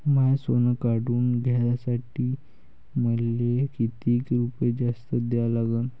माय सोनं काढून घ्यासाठी मले कितीक रुपये जास्त द्या लागन?